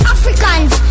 Africans